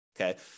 okay